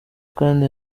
kandi